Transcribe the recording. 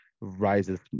rises